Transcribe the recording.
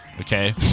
okay